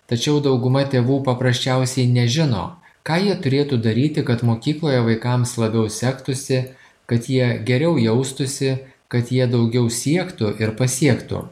tačiau dauguma tėvų paprasčiausiai nežino ką jie turėtų daryti kad mokykloje vaikams labiau sektųsi kad jie geriau jaustųsi kad jie daugiau siektų ir pasiektų